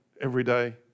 everyday